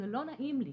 זה לא נעים לי.